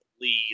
lead